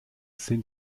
sind